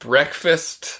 Breakfast